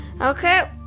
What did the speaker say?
Okay